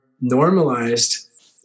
normalized